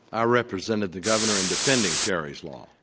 i represented the governor in defending terri's law.